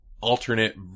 alternate